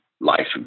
life